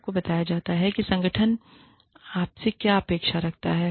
आपको बताया जाता है कि संगठन आपसे क्या अपेक्षा करता है